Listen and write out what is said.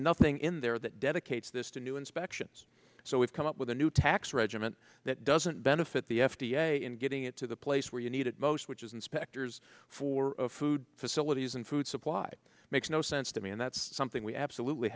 nothing in there that dedicates this to new inspections so we've come up with a new tax regiment that doesn't benefit the f d a in getting it to the place where you need it most which is inspectors for food facilities and food supply makes no sense to me and that's something we absolutely